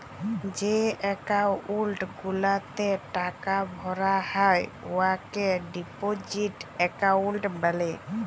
যে একাউল্ট গুলাতে টাকা ভরা হ্যয় উয়াকে ডিপজিট একাউল্ট ব্যলে